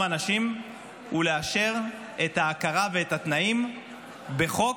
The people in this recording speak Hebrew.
אנשים הוא לאשר את ההכרה ואת התנאים בחוק,